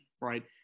Right